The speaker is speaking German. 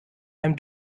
einem